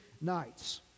nights